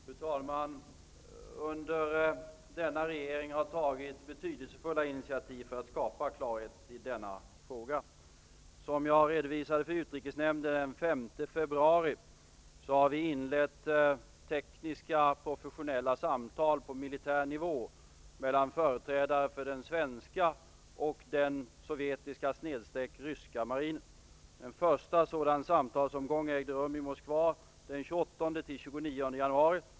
Fru talman! Av denna regering har tagits betydelsefulla initiativ för att skapa klarhet i denna fråga. Som jag redovisade till utrikesnämnden den 5 februari har vi inlett tekniska professionella samtal på militär nivå mellan företrädare för den svenska och den sovjetiska/ryska marinen. En första sådan samtalsomgång ägde rum i Moskva den 28--29 januari.